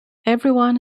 everyone